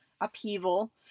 upheaval